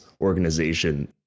organization